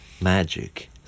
magic